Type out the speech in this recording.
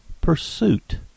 pursuit